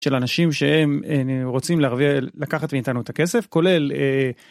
של אנשים שהם רוצים לקחת מאיתנו את הכסף, כולל